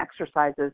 exercises